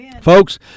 Folks